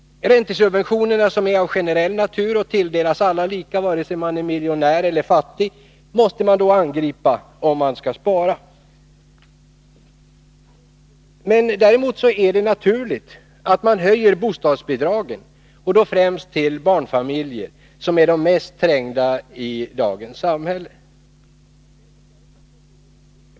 Räntesubventionerna, som är av generell natur och tilldelas alla lika, vare sig man är miljonär eller fattig, måste angripas om man skall spara. Däremot är det naturligt att höja bostadsbidragen, och då främst till barnfamiljer som är de mest ekonomiskt trängda i dagens samhälle.